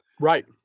Right